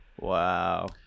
Wow